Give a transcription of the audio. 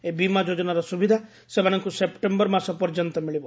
ଏହି ବୀମା ଯୋଜନାର ସୁବିଧା ସେମାନଙ୍କୁ ସେପ୍ଟେମ୍ବର ମାସ ପର୍ଯ୍ୟନ୍ତ ମିଳିବ